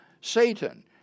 Satan